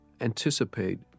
anticipate